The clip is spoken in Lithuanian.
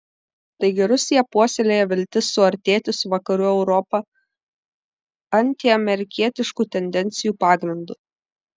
taigi rusija puoselėja viltis suartėti su vakarų europa antiamerikietiškų tendencijų pagrindu